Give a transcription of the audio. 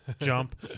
Jump